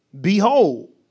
Behold